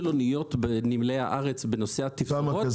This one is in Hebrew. אניות בנמלי הארץ בתפזורות -- כמה כסף זה?